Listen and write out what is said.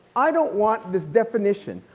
i don't want the definition.